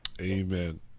amen